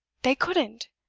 they couldn't!